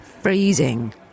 Freezing